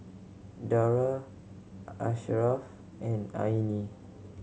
Dara Asharaff and Aina